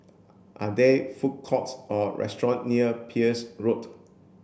are there food courts or restaurants near Peirce Road